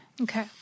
Okay